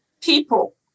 people